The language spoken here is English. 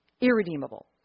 irredeemable